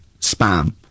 Spam